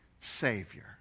Savior